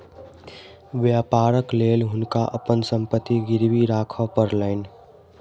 व्यापारक लेल हुनका अपन संपत्ति गिरवी राखअ पड़लैन